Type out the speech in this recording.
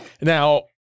Now